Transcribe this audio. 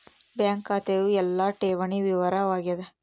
bank ಖಾತೆಯು ಎಲ್ಲ ಠೇವಣಿ ವಿವರ ವಾಗ್ಯಾದ